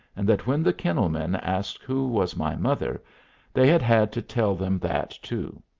and that when the kennel-men asked who was my mother they had had to tell them that too.